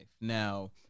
Now